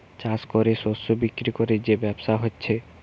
চাষ কোরে শস্য বিক্রি কোরে যে ব্যবসা হচ্ছে